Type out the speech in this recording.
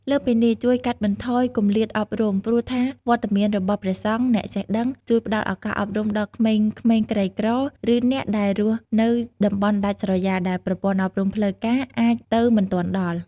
លើសពីនេះជួយកាត់បន្ថយគម្លាតអប់រំ ព្រោះថាវត្តមានរបស់ព្រះសង្ឃអ្នកចេះដឹង ជួយផ្តល់ឱកាសអប់រំដល់ក្មេងៗក្រីក្រ ឬអ្នកដែលរស់នៅតំបន់ដាច់ស្រយាល ដែលប្រព័ន្ធអប់រំផ្លូវការអាចទៅមិនទាន់ដល់។